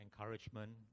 encouragement